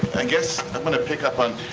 i guess i'm gonna pick up on,